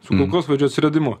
su kulkosvaidžio atsiradimu